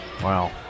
Wow